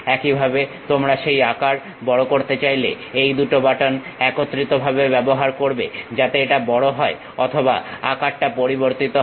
একইভাবে তোমরা সেই আকার বড় করতে চাইলে এই দুটো বাটন একত্রিত ভাবে ব্যবহার করবে যাতে এটা বড় হয় অথবা আকারটা পরিবর্তিত হয়